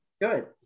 good